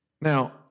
Now